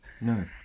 No